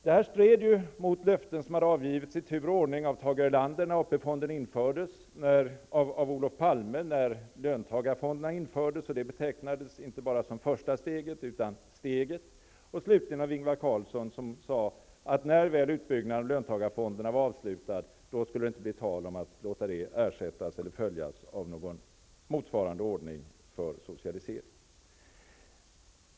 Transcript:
Detta stred mot löften som hade avgivits i tur och ordning av Tage Erlander när AP-fonden infördes, av Olof Palme när löntagarfonderna infördes -- och det betecknades som inte bara första steget, utan steget -- och slutligen av Ingvar Carlsson, som sade, att när väl utbyggnaden av löntagarfonderna var avslutad skulle det inte bli tal om att låta dem ersättas eller följas av någon motsvarande ordning för socialisering.